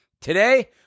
today